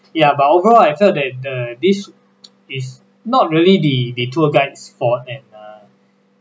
ya but overall I felt that uh this is not really the the tour guide's fault and uh